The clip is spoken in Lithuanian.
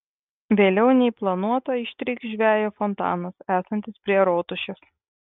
vėliau nei planuota ištrykš žvejo fontanas esantis prie rotušės